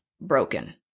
broken